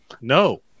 no